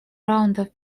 раундов